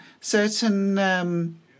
certain